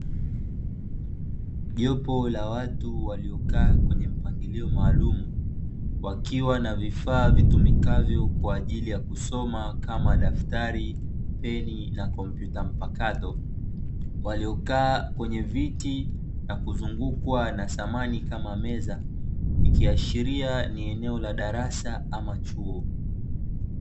Jopo la watu waliokaa kwenye mpangilio maalumu, wakiwa na vifaa vitumikavyo kwa ajili ya kusoma kama daftari, peni na kompyuta mpakato, waliokaa kwenye viti na kuzungukwa na samani kama meza, ikiashiria ni eneo la darasa au chuo.